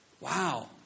Wow